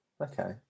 Okay